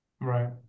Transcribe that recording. Right